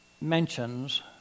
mentions